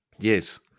Yes